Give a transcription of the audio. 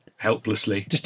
Helplessly